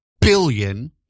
billion